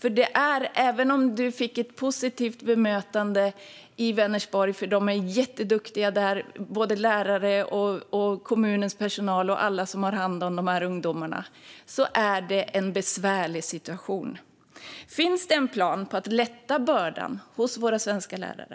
Även om statsrådet fick ett positivt bemötande i Vänersborg - lärare, kommunens personal och alla som har hand om dessa ungdomarna där är jätteduktiga - är det en besvärlig situation. Finns det en plan för att lätta bördan för våra svenska lärare?